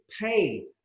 pay